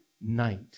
night